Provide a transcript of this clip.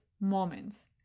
moments